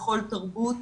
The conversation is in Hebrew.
בכל תרבות,